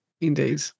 Indeed